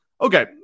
okay